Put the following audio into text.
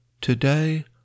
Today